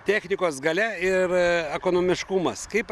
technikos galia ir ekonomiškumas kaip